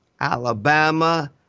Alabama